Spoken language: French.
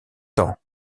temps